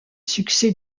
succès